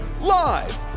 live